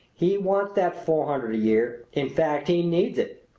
he wants that four hundred a year in fact he needs it!